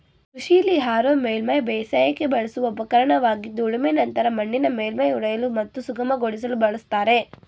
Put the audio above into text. ಕೃಷಿಲಿ ಹಾರೋ ಮೇಲ್ಮೈ ಬೇಸಾಯಕ್ಕೆ ಬಳಸುವ ಉಪಕರಣವಾಗಿದ್ದು ಉಳುಮೆ ನಂತರ ಮಣ್ಣಿನ ಮೇಲ್ಮೈ ಒಡೆಯಲು ಮತ್ತು ಸುಗಮಗೊಳಿಸಲು ಬಳಸ್ತಾರೆ